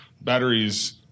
Batteries